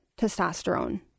testosterone